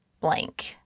blank